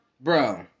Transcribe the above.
Bro